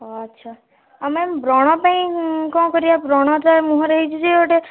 ଓ ଆଚ୍ଛା ଆଉ ମ୍ୟାମ୍ ବ୍ରଣ ପାଇଁ କ'ଣ କରିବା ବ୍ରଣଟା ଯେ ମୁହଁରେ ହେଇଛି ଯେ ଗୋଟେ